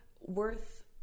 worth